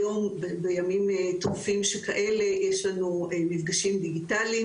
היום בימים טרופים שכאלה יש לנו מפגשים דיגיטליים